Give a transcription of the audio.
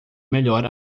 melhor